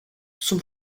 son